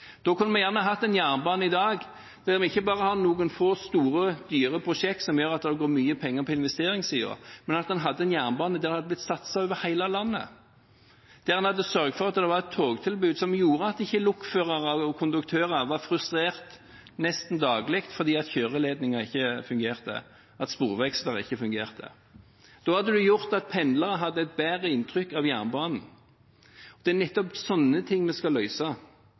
Da kunne vi hatt en jernbane i dag der vi ikke bare har noen få store, dyre prosjekter som gjør at det går mye penger på investeringssiden, men en jernbane der det hadde blitt satset over hele landet, der en hadde sørget for at det var et togtilbud som gjorde at ikke lokførere og konduktører var frustrerte nesten daglig fordi kjøreledninger og sporvekslere ikke fungerte. Da hadde en gjort at pendlere hadde et bedre inntrykk av jernbanen. Det er nettopp sånne ting vi skal